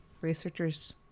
researchers